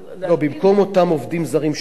במקום אותם עובדים זרים שאתה מביא,